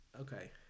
okay